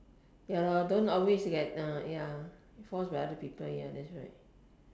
ya lor don't always get uh ya forced by other people ya that's right